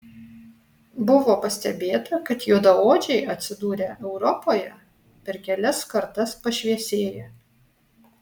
buvo pastebėta kad juodaodžiai atsidūrę europoje per kelias kartas pašviesėja